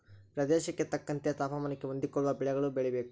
ಪ್ರದೇಶಕ್ಕೆ ತಕ್ಕಂತೆ ತಾಪಮಾನಕ್ಕೆ ಹೊಂದಿಕೊಳ್ಳುವ ಬೆಳೆಗಳು ಬೆಳೆಯಬೇಕು